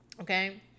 Okay